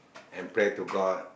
and pray to god